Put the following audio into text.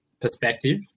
perspective